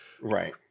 right